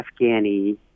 Afghani